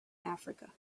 africa